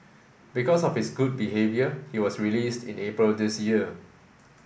because of his good behaviour he was released in April this year